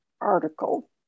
article